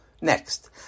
Next